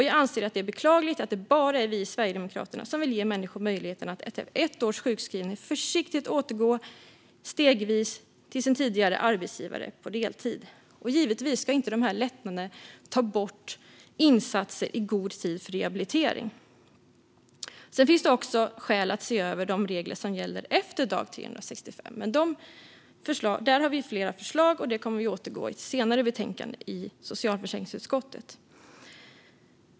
Jag anser att det är beklagligt att det bara är vi i Sverigedemokraterna som vill ge människor möjligheten att efter ett års sjukskrivning försiktigt och stegvis återgå till arbete på deltid hos sin tidigare arbetsgivare. Givetvis ska dessa lättnader inte ta bort tidiga insatser för rehabilitering. Det finns även skäl att se över de regler som gäller efter dag 365. Vi har flera förslag om det och kommer att återkomma till dem i ett annat betänkande i socialförsäkringsutskottet.